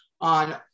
on